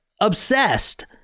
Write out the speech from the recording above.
obsessed